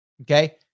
Okay